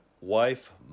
wife